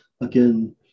again